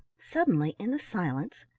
suddenly, in the silence,